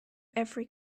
every